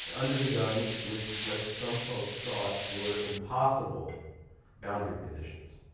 under the gun, with what some folks thought were impossible boundary conditions.